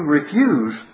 refuse